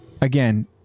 again